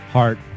Heart